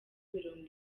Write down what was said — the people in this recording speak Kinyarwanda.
mirongo